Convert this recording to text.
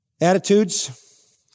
Attitudes